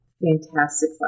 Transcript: fantastic